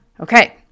Okay